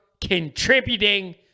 contributing